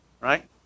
Right